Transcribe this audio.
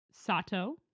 Sato